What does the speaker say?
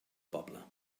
poble